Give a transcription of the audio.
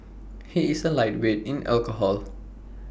he is A lightweight in alcohol